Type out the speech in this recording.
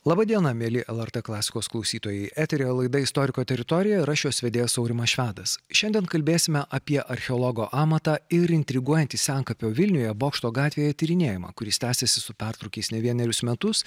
laba diena mieli lrt klasikos klausytojai eteryje laid istoriko teritorija ir aš jos vedėjas aurimas švedas šiandien kalbėsime apie archeologo amatą ir intriguojantį senkapio vilniuje bokšto gatvėje tyrinėjimą kuris tęsiasi su pertrūkiais ne vienerius metus